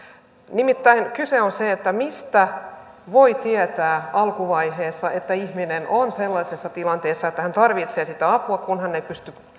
nimittäin kyse on siitä että mistä voi tietää alkuvaiheessa että ihminen on sellaisessa tilanteessa että hän tarvitsee sitä apua kun hän ei pysty